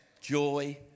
joy